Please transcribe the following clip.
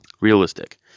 Realistic